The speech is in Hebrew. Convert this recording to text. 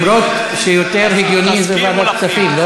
ועדת הכספים.